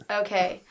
okay